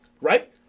Right